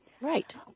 Right